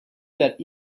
that